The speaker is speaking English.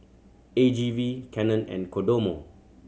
A G V Canon and Kodomo